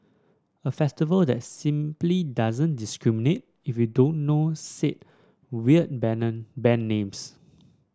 a festival that simply doesn't discriminate if you don't know said weird band names